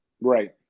Right